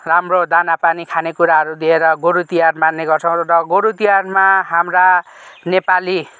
राम्रो दाना पानी खाने कुराहरू दिएर गोरु तिहार मान्ने गर्छौँ र गोरु तिहारमा हाम्रा नेपाली